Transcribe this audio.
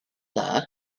dda